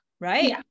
right